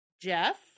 Jeff